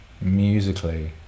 Musically